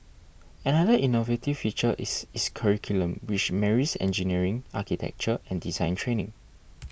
another innovative feature is its curriculum which marries engineering architecture and design training